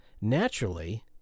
naturally